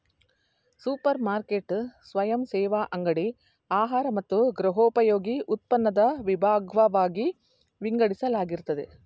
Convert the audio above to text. super market ಸ್ವಯಂಸೇವಾ ಅಂಗಡಿ ಆಹಾರ ಮತ್ತು ಗೃಹೋಪಯೋಗಿ ಉತ್ಪನ್ನನ ವಿಭಾಗ್ವಾಗಿ ವಿಂಗಡಿಸಲಾಗಿರ್ತದೆ